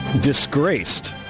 disgraced